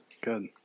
Good